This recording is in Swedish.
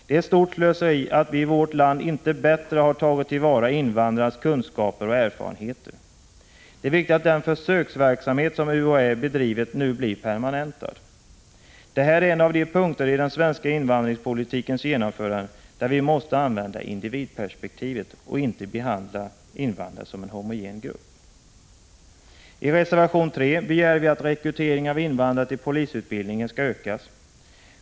Det är stort slöseri att vi i vårt land inte bättre har tagit till vara invandrarnas kunskaper och erfarenheter. Det är viktigt att den försöksverksamhet som UHÄ har bedrivit nu blir permanentad. Det här är en av de punkter i den svenska invandrarpolitikens genomförande där vi måste använda individperspektivet och inte behandla invandrarna som en homogen grupp. I reservation 3 begär vi att rekryteringen av invandrare till polisutbildningen skall ökas.